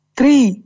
three